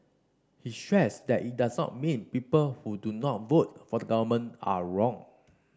he stressed that it does not mean people who do not vote for the government are wrong